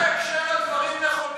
אבל באיזה הקשר הדברים נכונים?